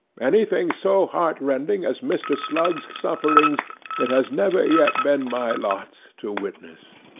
anything so heart-rending as mr. slug's sufferings it has never yet been my lot to witness